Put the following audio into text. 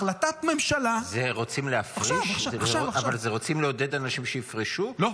רוצים לעודד אנשים שיפרשו -- לא.